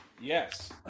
Yes